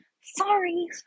Sorry